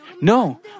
No